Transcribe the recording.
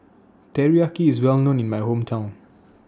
Teriyaki IS Well known in My Hometown